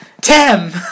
Tim